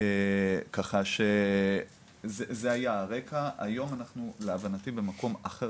זה היה הרקע היום אנחנו להבנתי במקום אחר